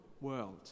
world